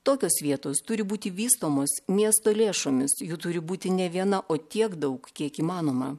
tokios vietos turi būti vystomos miesto lėšomis jų turi būti ne viena o tiek daug kiek įmanoma